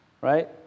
right